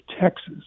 Texas